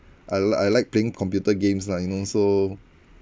I li~ I like playing computer games lah you know so